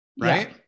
right